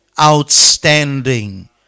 Outstanding